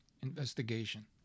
investigation